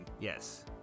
Yes